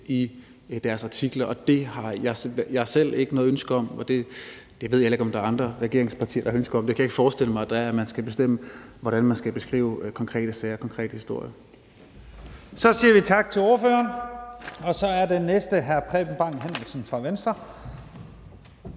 i deres artikler. Det har jeg selv ikke noget ønske om, og det ved jeg ikke om der er andre regeringspartier der har et ønske om, men det kan jeg ikke forestille mig, altså at man skal bestemme, hvordan man skal beskrive konkrete sager og konkrete historier. Kl. 16:03 Første næstformand (Leif Lahn Jensen): Vi siger tak til ordføreren, og så er den næste ordfører hr. Preben Bang Henriksen fra Venstre.